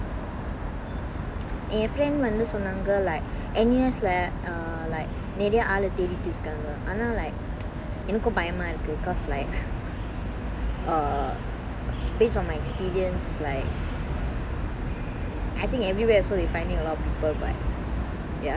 ஏன்:ean friend வந்து சொன்னாங்க:vanthu sonnanga like N_U_S lah err like நெறைய ஆளு தேடிட்டு இருக்காங்க ஆனா:neraya aalu thedittu irukkaanga aana like எனக்கு பயமா இருக்கு:enakku payama irukku cause like err based on my experience like I think everywhere also they finding a lot of people but ya